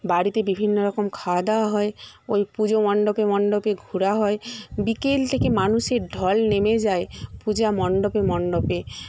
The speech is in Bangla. বাড়িতে বিভিন্ন রকম খাওয়া দাওয়া হয় ওই পুজো মণ্ডপে মণ্ডপে ঘোরা হয় বিকেল থেকে মানুষের ঢল নেমে যায় পূজা মণ্ডপে মণ্ডপে